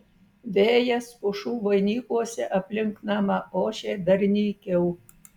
vėjas pušų vainikuose aplink namą ošė dar nykiau